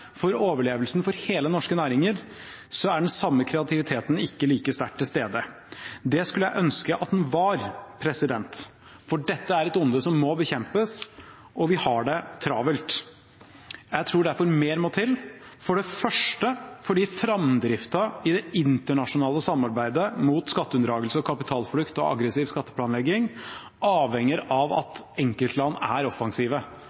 for overlevelsen for hele norske næringer, er den samme kreativiteten ikke like sterkt til stede. Det skulle jeg ønske at den var, for dette er et onde som må bekjempes, og vi har det travelt. Jeg tror derfor mer må til – for det første fordi framdriften i det internasjonale samarbeidet mot skatteunndragelse, kapitalflukt og aggressiv skatteplanlegging avhenger av at enkeltland er offensive,